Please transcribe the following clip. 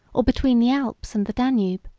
or between the alps and the danube.